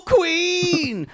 Queen